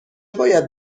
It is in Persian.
باید